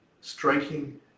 striking